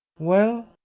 well?